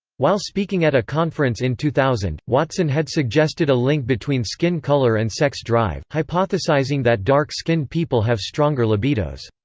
while speaking at a conference in two thousand, watson had suggested a link between skin color and sex drive, hypothesizing that dark-skinned people have stronger libidos.